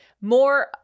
more